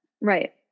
Right